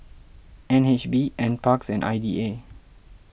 N H B N Parks and I D A